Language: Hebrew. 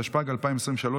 התשפ"ג 2023,